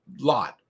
lot